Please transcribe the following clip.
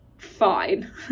fine